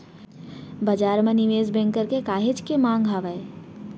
बजार म निवेस बेंकर के काहेच के मांग हावय